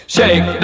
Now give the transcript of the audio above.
Shake